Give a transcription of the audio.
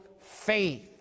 faith